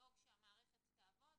לדאוג שהמערכת תעבוד,